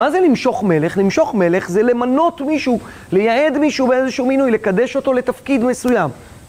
מה זה למשוח מלך? למשוח מלך זה למנות מישהו, לייעד מישהו באיזשהו מינוי, לקדש אותו לתפקיד מסוים.